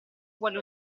vuole